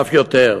ואף יותר.